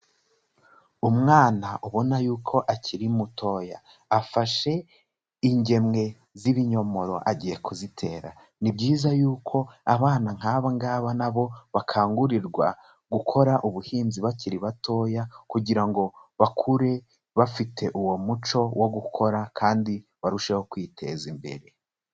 Umwana ubona yuko akiri mutoya. Afashe ingemwe z'ibinyomoro agiye kuzitera. Ni byiza yuko abana nk'aba ngaba na bo bakangurirwa gukora ubuhinzi bakiri batoya kugira ngo bakure bafite uwo muco wo gukora kandi barusheho kwiteza imbere.